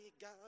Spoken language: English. God